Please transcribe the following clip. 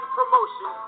promotion